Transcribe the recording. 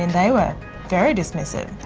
and they were very dismissive.